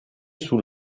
sous